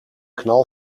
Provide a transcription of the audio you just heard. knal